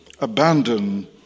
abandon